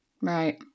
right